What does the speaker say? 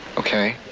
okay.